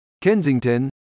Kensington